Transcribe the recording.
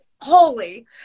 Holy